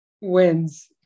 wins